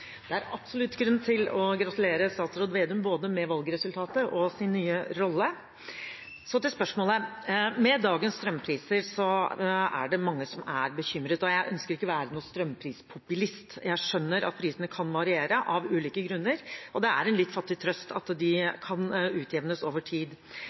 er absolutt grunn til å gratulere statsråd Slagsvold Vedum med både valgresultatet og ny rolle. Så til spørsmålet: Med dagens strømpriser er det mange som er bekymret. Jeg ønsker ikke å være noen strømprispopulist, jeg skjønner at prisene kan variere av ulike grunner, og det er en litt fattig trøst at de kan utjevnes over tid.